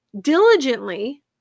diligently